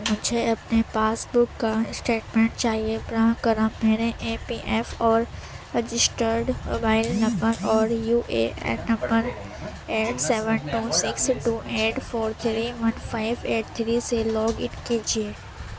مجھے اپنے passbook کا اسٹیٹمنٹ چاہیے براہ کرم میرے ای پی ایف اور رجسٹرڈ موبائل نمبر اور U A N number eight seven two six two eight four three one five eight three سے لاگ ان کیجیے